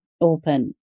open